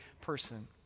person